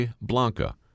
Blanca